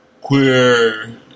queer